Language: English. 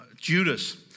Judas